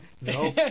no